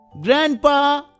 Grandpa